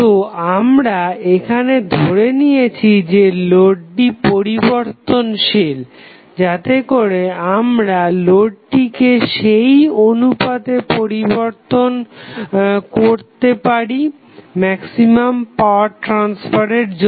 তো আমরা এখানে ধরে নিয়েছি যে লোডটি পরিবর্তনশীল যাতেকরে আমরা লোডটিকে সেই অনুপাতে পরিবর্তন কতে পারি ম্যাক্সিমাম পাওয়ার ট্রাসফারের জন্য